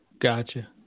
Gotcha